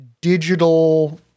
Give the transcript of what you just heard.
digital